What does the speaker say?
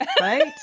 Right